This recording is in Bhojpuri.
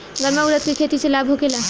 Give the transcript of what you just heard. गर्मा उरद के खेती से लाभ होखे ला?